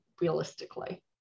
realistically